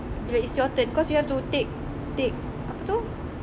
bila it's your turn cause you have to take take apa tu